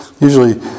Usually